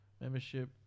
membership